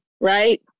right